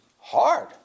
hard